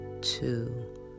Two